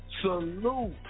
Salute